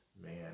man